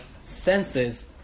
senses